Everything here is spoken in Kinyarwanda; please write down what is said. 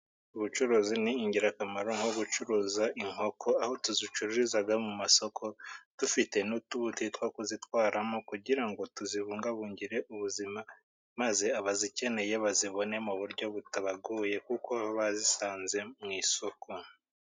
Ubucuruzi ni ingirakamaro nko gucuruza inkoko ,aho tuzicururiza mu masoko dufite n'utubuti two kuzitwaramo kugirango tuzibungabungire ubuzima, maze abazikeneye bazibone mu buryo butabagoye kuko bazisanze mu isoko.